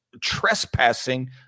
trespassing